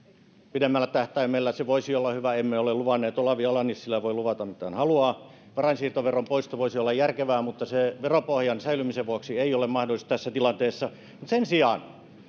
pidemmällä tähtäimellä se voisi olla hyvä emme ole luvanneet olavi ala nissilä voi luvata mitä hän haluaa varainsiirtoveron poisto voisi olla järkevää mutta se veropohjan säilymisen vuoksi ei ole mahdollista tässä tilanteessa sen sijaan